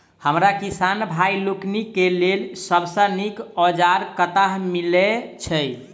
हमरा किसान भाई लोकनि केँ लेल सबसँ नीक औजार कतह मिलै छै?